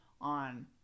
on